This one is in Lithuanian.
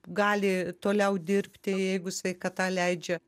gali toliau dirbti jeigu sveikata leidžia